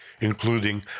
including